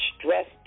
stressed